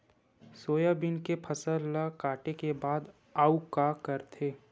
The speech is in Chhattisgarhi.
सोयाबीन के फसल ल काटे के बाद आऊ का करथे?